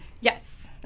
Yes